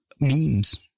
memes